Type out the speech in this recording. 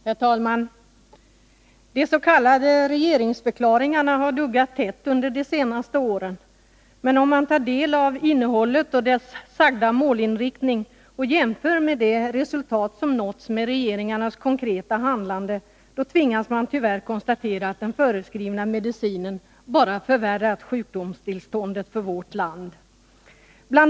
Herr talman! De s.k. regeringsförklaringarna har duggat tätt under de senaste åren. Men om man tar del av deras innehåll och sagda målinriktning och jämför med det resultat som nåtts genom regeringarnas konkreta handlande, så tvingas man tyvärr konstatera att den föreskrivna medicinen bara förvärrat sjukdomstillståndet för vårt land. Bl.